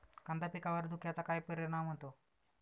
कांदा पिकावर धुक्याचा काय परिणाम होतो?